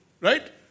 Right